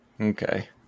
okay